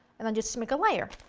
and then just make a layer.